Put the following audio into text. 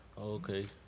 Okay